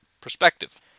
perspective